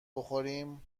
بخوریم